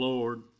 Lord